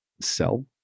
sell